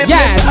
Yes